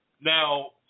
Now